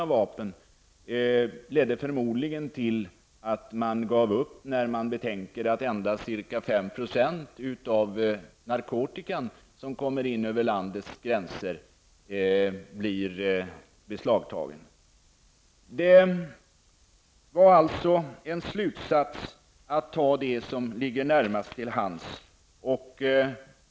Det ledde förmodligen till att man gav upp. Endast ca 5 % av den narkotika som kommer in över landets gränser blir ju beslagtagen. Slutsats: Det gäller att ta det som ligger närmast till hands.